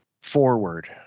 forward